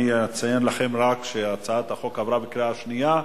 אני אציין לכם רק שהצעת החוק עברה בקריאה שנייה,